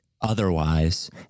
otherwise